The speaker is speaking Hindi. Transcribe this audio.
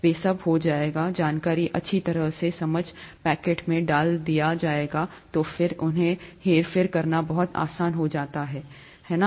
वे सब हो जाएगा जानकारी अच्छी तरह से समझ पैकेट में डाल दिया जाएगा और तो फिर उन्हें हेरफेर करना बहुत आसान हो जाता है है ना